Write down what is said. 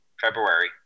February